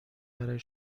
برای